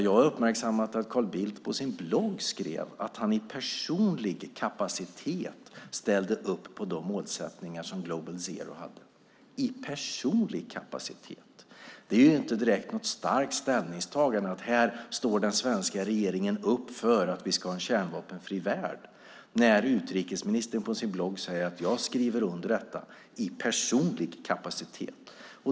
Jag har uppmärksammat att Carl Bildt på sin blogg skrev att han i personlig kapacitet ställde upp på de målsättningar som Global Zero hade. I personlig kapacitet - det är inte direkt något starkt ställningstagande, att här står den svenska regeringen upp för att vi ska ha en kärnvapenfri värld, när utrikesministern på sin blogg säger att jag skriver under detta i personlig kapacitet.